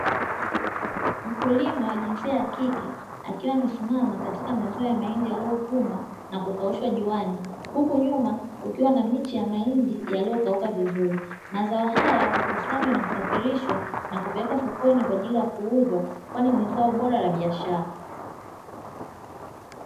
Mkulima wa jinsia ya kike akiwa amesimama katika mazao ya mahindi yaliyovunwa na kukaushwa juani huku nyuma kukiwa na miche ya mahindi yaliyokauka vizuri. Mazao haya hukusanywa na kusafirishwa na kupelekwa sokoni kwa ajili ya kuuzwa kwani ni zao bora la biashara.